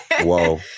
Whoa